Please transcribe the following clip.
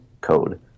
code